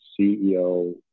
CEO